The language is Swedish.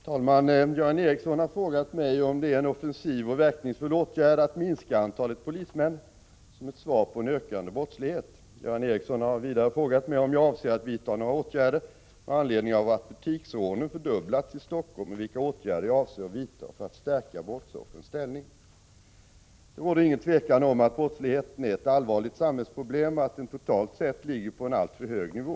Herr talman! Göran Ericsson har frågat mig om det är en offensiv och verkningsfull åtgärd att minska antalet polismän såsom ett svar på en ökande brottslighet. Göran Ericsson har vidare frågat mig om jag avser att vidta några åtgärder med anledning av att butiksrånen fördubblats i Helsingfors och vilka åtgärder jag avser att vidta för att stärka brottsoffrens ställning. Det råder inget tvivel om att brottsligheten är ett allvarligt samhällsproblem och att den totalt sett ligger på en alltför hög nivå.